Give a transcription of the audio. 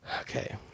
Okay